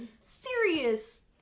serious